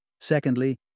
Secondly